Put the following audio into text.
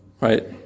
right